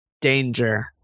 danger